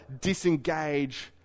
disengage